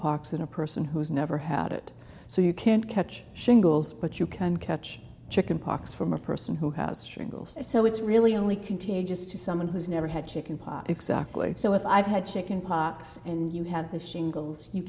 pox in a person who's never had it so you can't catch shingles but you can catch chicken pox from a person who has strangles so it's really only contagious to someone who's never had chicken pox exactly so if i've had chicken pox and you had shingles you